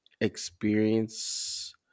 experience